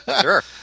Sure